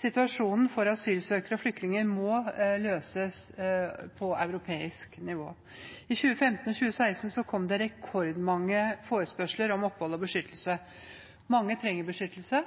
Situasjonen for asylsøkere og flyktninger må løses på europeisk nivå. I 2015 og 2016 kom det rekordmange forespørsler om opphold og beskyttelse. Mange trenger beskyttelse,